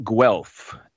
Guelph